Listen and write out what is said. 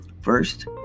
First